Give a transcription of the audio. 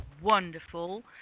wonderful